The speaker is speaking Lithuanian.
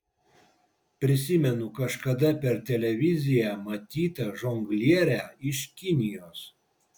prisimenu kažkada per televiziją matytą žonglierę iš kinijos